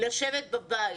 לשבת בבית